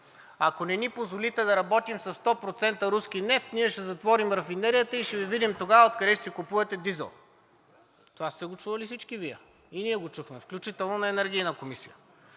– ако не ни позволите да работим със 100% руски нефт, ние ще затворим рафинерията и ще Ви видим тогава откъде ще си купувате дизел. Това сте го чували всички Вие и ние го чухме, включително и на Енергийната комисия.